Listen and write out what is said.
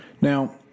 Now